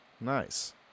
Nice